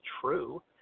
true